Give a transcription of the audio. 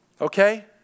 Okay